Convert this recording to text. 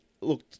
look